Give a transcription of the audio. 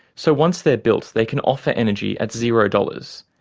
so once they're built, they can offer energy at zero dollars.